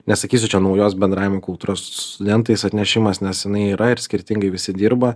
nesakysiu čia naujos bendravimo kultūros su studentais atnešimas nes jinai yra ir skirtingai visi dirba